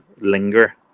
linger